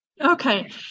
Okay